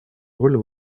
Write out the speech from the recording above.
роль